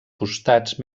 costats